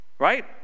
Right